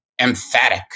emphatic